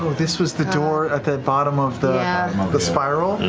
this was the door at the bottom of the the spiral?